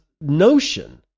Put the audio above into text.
notion